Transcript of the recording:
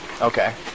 Okay